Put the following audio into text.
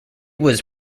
was